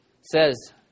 says